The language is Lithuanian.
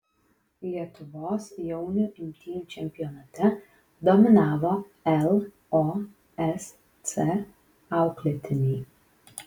lietuvos jaunių imtynių čempionate dominavo losc auklėtiniai